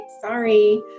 sorry